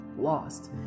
lost